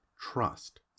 trust